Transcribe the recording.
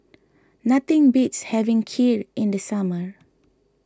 nothing beats having Kheer in the summer